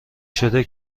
شده